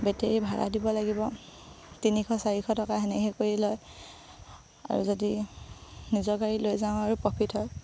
battery ভাড়া দিব লাগিব তিনিশ চাৰিশ টকা সেনেকৈ কৰি লয় আৰু যদি নিজৰ গাড়ী লৈ যাওঁ আৰু প্ৰফিট হয়